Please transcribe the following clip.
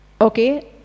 Okay